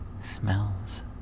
smells